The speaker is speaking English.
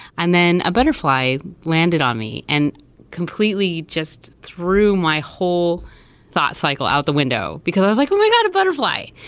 and then a butterfly landed on me and completely just threw my whole thought cycle out the window, because i was like, oh my god! a butterfly.